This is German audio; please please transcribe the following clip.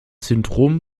syndrom